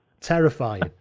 Terrifying